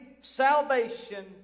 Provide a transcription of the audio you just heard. salvation